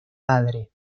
padre